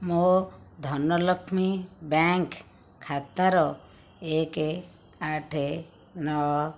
ମୋ ଧନଲକ୍ଷ୍ମୀ ବ୍ୟାଙ୍କ ଖାତାର ଏକ ଆଠ ନଅ